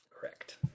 correct